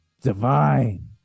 divine